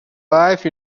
life